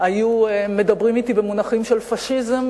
והיו מדברים אתי במונחים של פאשיזם,